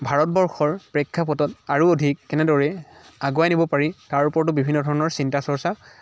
ভাৰতবৰ্ষৰ প্ৰেক্ষাপটত আৰু অধিক কেনেদৰে আগুৱাই নিব পাৰি তাৰ ওপৰতো বিভিন্ন ধৰণৰ চিন্তা চৰ্চা